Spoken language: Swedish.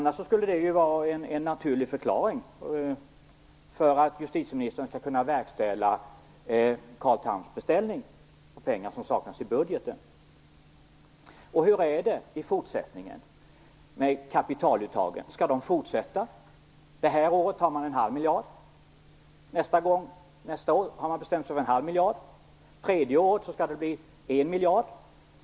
Det skulle annars kunna vara en naturlig motivering för justitieministern att verkställa Carl Thams beställning av pengar som saknas i budgeten. Och hur är det med kapitaluttagen i fortsättningen? Skall de fortsätta? Det här året tar ut man en halv miljard. Också för nästa år har man bestämt sig för en halv miljard. Det tredje året skall det bli 1 miljard.